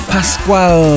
Pascual